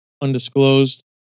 undisclosed